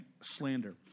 slander